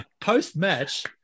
Post-match